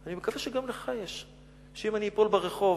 אני מקווה שגם לך יש, שאם אני אפול ברחוב,